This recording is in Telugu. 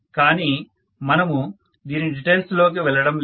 కాని మనము దీని డిటైల్స్ లోకి వెళ్ళడం లేదు